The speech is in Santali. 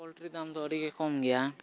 ᱯᱚᱞᱴᱨᱤ ᱫᱟᱢ ᱫᱚ ᱟᱹᱰᱤᱜᱮ ᱠᱚᱢ ᱜᱮᱭᱟ